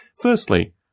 Firstly